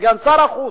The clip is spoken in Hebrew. סגן שר החוץ,